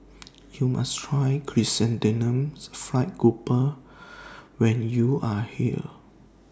YOU must Try Chrysanthemum Fried Grouper when YOU Are here